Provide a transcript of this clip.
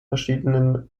verschiedenen